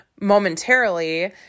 momentarily